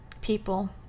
people